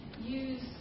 use